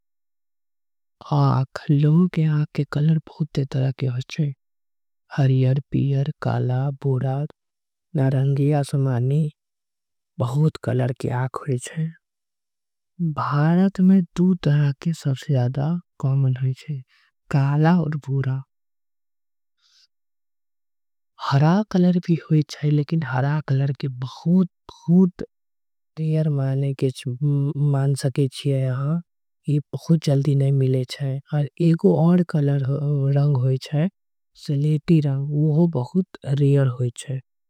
लोगो के आंख बहुते रंग के होय जाय छीए हरियर। पियर, काला, भूरा, नारंगी, आसमानी बहुते। कलर के होय छे दु तरह के आंख के कलर होय छे। हरा कलर भी होय छे ये बहुत बहुत रेयर छे ये बहुत। कम मिले छे आऊर एकउर कलर होई छे स्लेटी कलर।